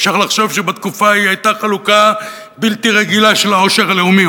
אפשר לחשוב שבתקופה ההיא היתה חלוקה בלתי רגילה של העושר הלאומי,